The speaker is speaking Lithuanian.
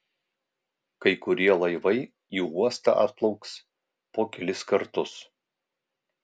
kai kurie laivai į uostą atplauks po kelis kartus